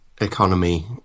economy